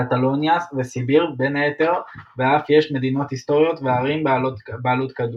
קטלוניה וסיביר בין היתר ואף יש מדינות היסטוריות וערים בעלות כדור.